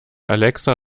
alexa